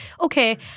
okay